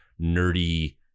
nerdy